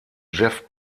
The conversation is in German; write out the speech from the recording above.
jeff